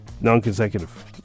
non-consecutive